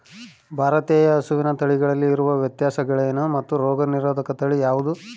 ಭಾರತೇಯ ಹಸುವಿನ ತಳಿಗಳಲ್ಲಿ ಇರುವ ವ್ಯತ್ಯಾಸಗಳೇನು ಮತ್ತು ರೋಗನಿರೋಧಕ ತಳಿ ಯಾವುದು?